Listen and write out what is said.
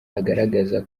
agaragaza